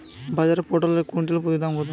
বাজারে পটল এর কুইন্টাল প্রতি দাম কত?